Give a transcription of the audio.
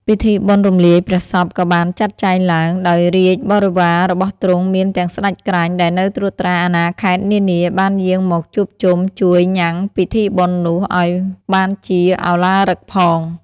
ពិធីបុណ្យរំលាយព្រះសពក៏បានចាត់ចែងឡើង ដោយរាជបរិវាររបស់ទ្រង់ មានទាំងស្ដេចក្រាញ់ ដែលនៅត្រួតត្រាអាណាខេត្តនានាបានយាងមកជួបជុំជួយញ៉ាំងពិធីបុណ្យនោះឲ្យបានជាឧឡារិកផង ។